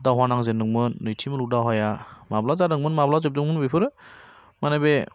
दावहा नांजेनदोंमोन नैथि मुलुग दावहाया माब्ला जादोंमोन माब्ला जोबदोंमोन बेफोरो मानि बे